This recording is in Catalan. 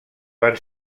van